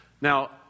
Now